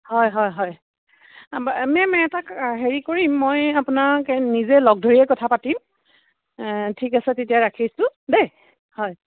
হয় হয় হয় বা মেম এটা হেৰি কৰিম মই আপোনাক নিজে লগ ধৰিয়ে কথা পাতিম ঠিক আছে তেতিয়া ৰাখিছোঁ দেই হয়